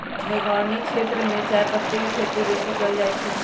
मेघौनी क्षेत्र में चायपत्ति के खेती बेशी कएल जाए छै